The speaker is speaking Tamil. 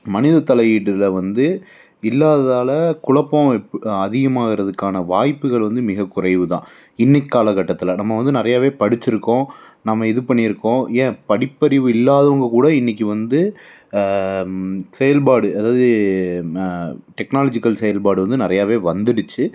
மனிதத் தலையீடுல வந்து இல்லாததால் குழப்பம் இப் அதிகமாகிறதுக்கான வாய்ப்புகள் வந்து மிக குறைவு தான் இன்றைக்கு காலக்கட்டடத்தில் நம்ம வந்து நிறையவே படித்து இருக்கோம் நம்ம இது பண்ணி இருக்கோம் ஏன் படிப்பறிவு இல்லாதவங்க கூட இன்றைக்கு வந்து செயல்பாடு அதாவது டெக்னாலஜிக்கல்ஸ் செயல்பாடு வந்து நிறையாவே வந்துடுச்சு